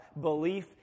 Belief